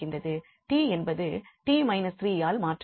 𝑡 என்பது 𝑡 − 3ஆல் மாற்றப்படும்